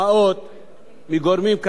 מגורמים כלכליים עולמיים,